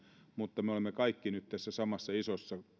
mutta me olemme kaikki nyt tässä samassa isossa